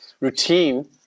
routine